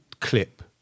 clip